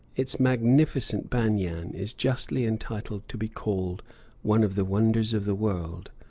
its magnificent banyan is justly entitled to be called one of the wonders of the world.